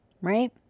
Right